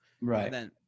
Right